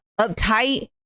uptight